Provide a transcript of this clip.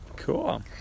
Cool